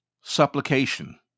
supplication